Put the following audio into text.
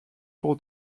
pour